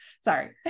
Sorry